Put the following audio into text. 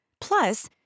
Plus